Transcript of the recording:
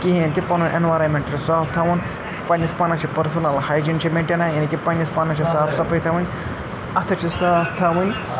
کِہیٖنۍ تہِ پَنُن اٮ۪نوارَمٮ۪نٛٹ چھُ صاف تھاوُن پنٛنِس پانَس چھِ پٔرسٕنَل ہایجیٖن چھِ مٮ۪نٹینا یعنی کہِ پنٛنِس پانَس چھِ صاف صفٲیی تھاوٕنۍ اَتھٕ چھِ صاف تھاوٕنۍ